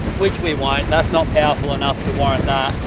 which we won't. that's not powerful enough to warrant